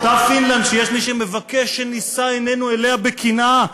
אותה פינלנד שיש מי שמבקש שנישא עינינו אליה בקנאה,